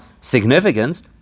significance